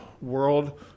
world